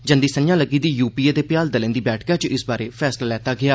जंदी संझां लग्गी दी यू पी ए दे भ्याल दलें दी बैठका च इस बारै फैसला लैता गेआ